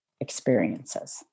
experiences